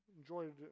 enjoyed